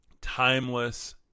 timeless